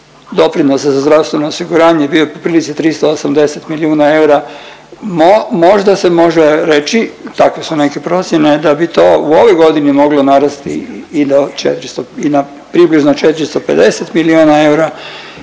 doprinosa za zdravstveno osiguranje bio po prilici 380 milijuna eura, možda se može reći, tako su neke procjene da bi to u ovoj godini moglo narasti i do 400 i na približno 450 milijuna eura